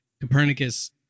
Copernicus